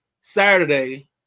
saturday